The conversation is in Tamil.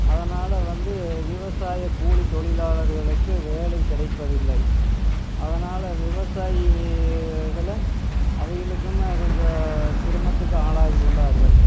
அதனால வந்து விவசாய கூலி தொழிலாளர்களுக்கு வேலை கிடைப்பதில்லை அதனால் விவசாயி இதில் அவைகளுக்கும் கொஞ்சம் சிரமத்துக்கு ஆளாகி உள்ளார்கள்